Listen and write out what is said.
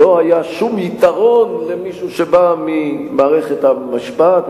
לא היה שום יתרון למי שבא ממערכת המשפט,